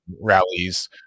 rallies